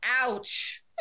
Ouch